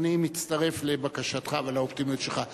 ואני מצטרף לבקשתך ולאופטימיות שלך.